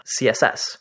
CSS